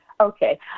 Okay